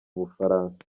bufaransa